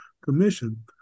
Commission